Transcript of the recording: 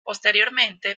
posteriormente